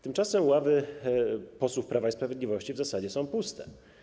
Tymczasem ławy posłów Prawa i Sprawiedliwości w zasadzie są puste.